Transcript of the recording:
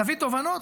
תביא תובנות.